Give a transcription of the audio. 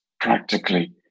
practically